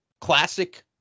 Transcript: Classic